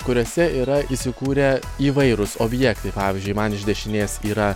kuriuose yra įsikūrę įvairūs objektai pavyzdžiui man iš dešinės yra